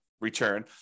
return